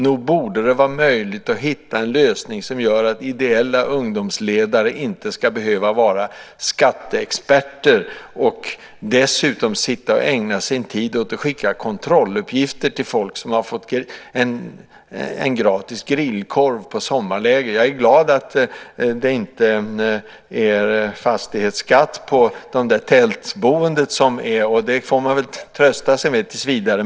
Nog borde det vara möjligt att hitta en lösning som gör att ideella ungdomsledare inte ska behöva vara skatteexperter och dessutom ägna sin tid åt att skicka kontrolluppgifter till folk som har fått en gratis grillkorv på sommarläger. Jag är glad att det inte är fastighetsskatt på tältboendet. Det får man väl trösta sig med tills vidare.